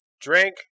Drink